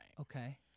Okay